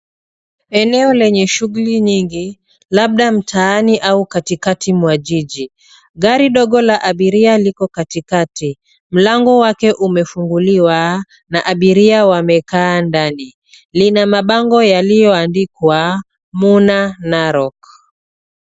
Eneo lenye shughuli nyingi mabda mtaani au katikati mwa jiji. Gari dogo la abiria liko katikati. Mlango wake umefunguliwa na abiria wamekaa ndani. Lina mabango yalioyoandikwa Muna Narok.